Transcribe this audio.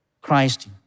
Christ